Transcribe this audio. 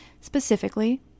specifically